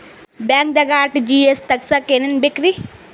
ಬ್ಯಾಂಕ್ದಾಗ ಆರ್.ಟಿ.ಜಿ.ಎಸ್ ತಗ್ಸಾಕ್ ಏನೇನ್ ಬೇಕ್ರಿ?